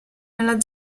nella